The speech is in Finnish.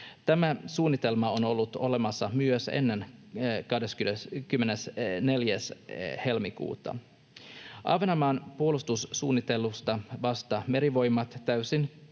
Tämä suunnitelma on ollut olemassa myös ennen 24:ttä helmikuuta. Ahvenanmaan puolustussuunnittelusta vastaa Merivoimat täysin